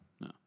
No